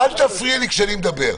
אל תפריע לי כשאני מדבר.